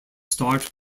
start